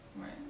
Right